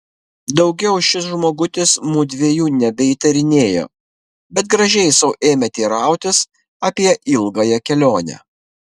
daugiau šis žmogutis mudviejų nebeįtarinėjo bet gražiai sau ėmė teirautis apie ilgąją kelionę